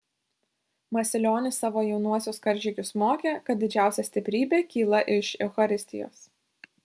masilionis savo jaunuosius karžygius mokė kad didžiausia stiprybė kyla iš eucharistijos